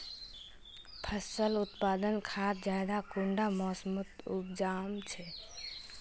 फसल उत्पादन खाद ज्यादा कुंडा मोसमोत उपजाम छै?